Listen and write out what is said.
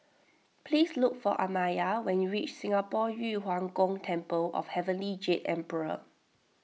please look for Amaya when you reach Singapore Yu Huang Gong Temple of Heavenly Jade Emperor